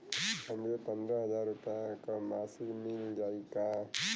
हमके पन्द्रह हजार रूपया क मासिक मिल जाई का?